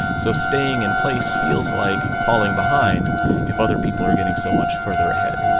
so staying in place feels like falling behind if other people are getting so much further ahead